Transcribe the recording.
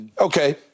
Okay